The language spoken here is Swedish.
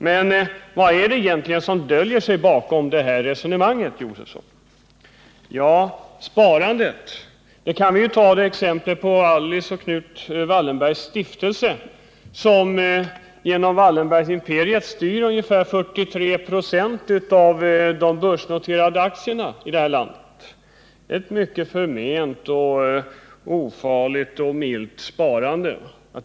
Men vad är det egentligen som döljer sig bakom? När det gäller sparandet kan vi som exempel ta Alice och Knut Wallenbergs stiftelse, som genom Wallenbergimperiet styr ungefär 43 96 av de börsnoterade aktierna i det här landet. Det är ett mycket ofarligt och milt sparande!